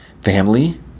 Family